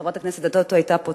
חברת הכנסת אדטו היתה פה,